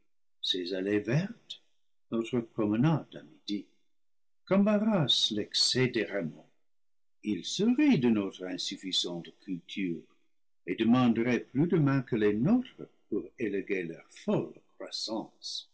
allées vertes notre promenade à midi qu'embarrasse l'excès des rameaux ils se rient de notre insuffisante culture et demanderaient plus de mains que les nôtres pour élaguer leur folle croissance